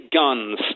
guns